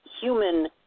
human